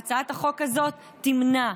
והצעת החוק הזאת תמנע,